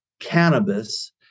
cannabis